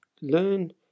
learn